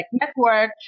network